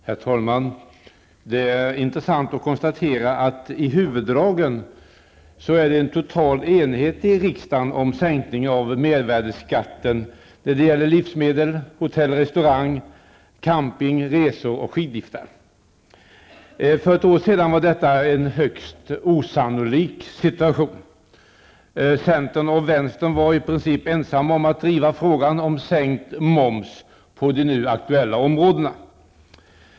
Herr talman! Det är intressant att konstatera att det i huvuddragen finns en total enighet i riksdagen om sänkningen av mervärdeskatten på livsmedel, hotell och restaurangnäring, camping, resor och skidliftar. För ett år sedan var detta en högst osannolik situation. Centern och vänstern var i princip ensamma om att driva frågan om sänkt moms på de nu aktuella områdena.